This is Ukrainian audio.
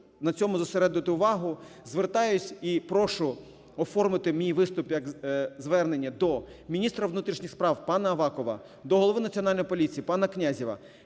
на цьому зосередити увагу, звертаюсь і прошу оформити мій виступ як звернення до міністра внутрішніх справ пана Авакова, до голови Національної поліції пана Князєва.